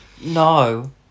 no